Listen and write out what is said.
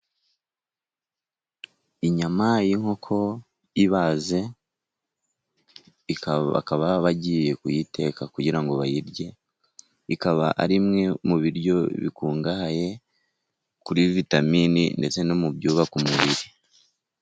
Inyama y'inkoko ibaze ,bakaba bagiye kuyiteka kugira ngo bayirye ,ikaba ari imwe mu biryo bikungahaye kuri vitamini, ndetse no mu byubaka umubiri.